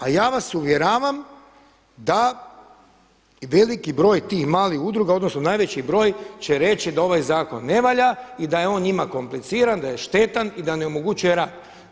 A ja vas uvjeravam da veliki broj tih malih udruga odnosno najveći broj će reći da ovaj zakon ne valja i da je on njima kompliciran da je šteta i da ne omogućuje rad.